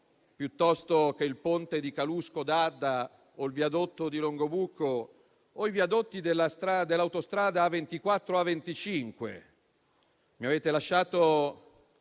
piuttosto che il ponte di Calusco D'Adda o il viadotto di Longobucco o i viadotti dell'autostrada A24-A25: mi avete lasciato